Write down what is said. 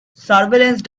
surveillance